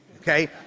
okay